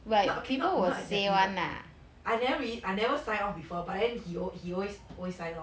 not okay not not exactly I never really I never sign off before but then he will he will always always sign off